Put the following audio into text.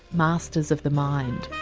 masters of the mind.